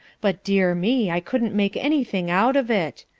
but dear me! i couldn't make anything out of it.